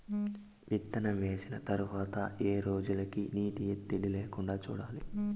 విత్తనం వేసిన తర్వాత ఏ రోజులకు నీటి ఎద్దడి లేకుండా చూడాలి?